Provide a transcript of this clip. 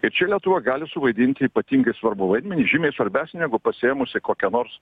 ir čia lietuva gali suvaidinti ypatingai svarbų vaidmenį žymiai svarbesnį negu pasiėmusi kokią nors